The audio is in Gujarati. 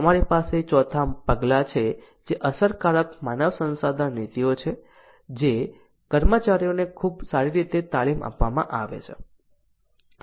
અમારી પાસે ચોથા પગલાં છે જે અસરકારક માનવ સંસાધન નીતિઓ છે જે કર્મચારીઓને ખૂબ સારી રીતે તાલીમ આપવામાં આવે છે